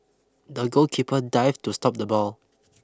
the goalkeeper dived to stop the ball